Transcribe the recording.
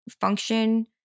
function